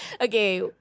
Okay